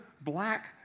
black